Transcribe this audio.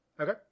okay